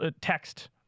text